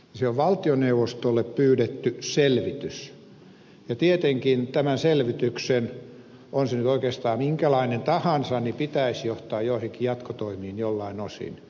se on valtioneuvostolle pyydetty selvitys ja tietenkin tämän selvityksen on se oikeastaan minkälainen tahansa pitäisi johtaa joihinkin jatkotoimiin joltain osin